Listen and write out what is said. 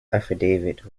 affidavit